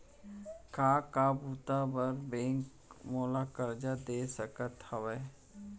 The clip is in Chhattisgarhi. का का बुता बर बैंक मोला करजा दे सकत हवे?